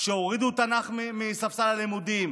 שהורידו תנ"ך מספסל הלימודים,